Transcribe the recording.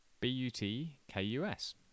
B-U-T-K-U-S